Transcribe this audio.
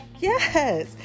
Yes